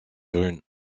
brume